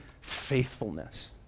faithfulness